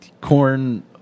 Corn